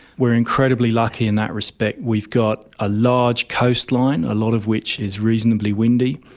we are incredibly lucky in that respect. we've got a large coastline, a lot of which is reasonably windy,